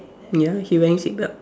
ya he wearing seat belt